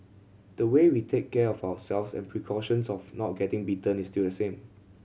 the way we take care of ourselves and precautions of not getting bitten is still the same